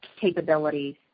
capabilities